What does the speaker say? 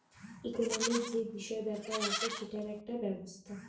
economic যে বিষয় ব্যাপার আছে সেটার একটা ব্যবস্থা